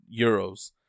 euros